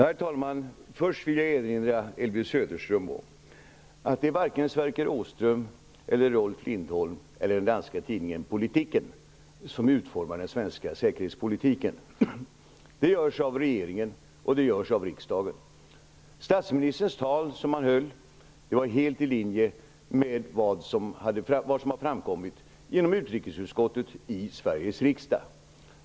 Herr talman! Jag vill erinra Elvy Söderström om att det varken är Sverker Åström, Rolf Lindholm eller den danska tidningen Politiken som utformar den svenska säkerhetspolitiken. Det görs av regeringen och riksdagen. Statsministerns tal låg helt i linje med vad som hade framkommit i utrikesutskottet i Sveriges riksdag.